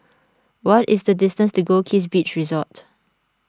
what is the distance to Goldkist Beach Resort